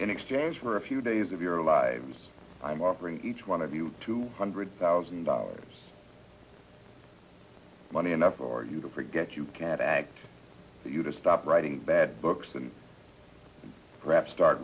in exchange for a few days of your lives i'm offering each one of you two hundred thousand dollars money enough for you to forget you can't act you to stop writing bad books and perhaps start